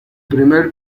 primer